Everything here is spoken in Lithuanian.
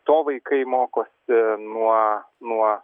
to vaikai mokosi nuo nuo